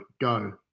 go